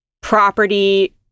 property